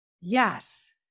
yes